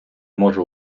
може